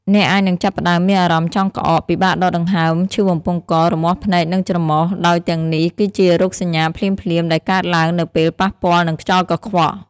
អ្នកអាចនឹងចាប់ផ្តើមមានអារម្មណ៍ចង់ក្អក ពិបាកដកដង្ហើម ឈឺបំពង់ក រមាស់ភ្នែក និងច្រមុះ ដោយទាំងនេះគឺជារោគសញ្ញាភ្លាមៗដែលកើតឡើងនៅពេលប៉ះពាល់នឹងខ្យល់កខ្វក់។